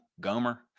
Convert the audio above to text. Gomer